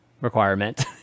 requirement